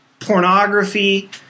pornography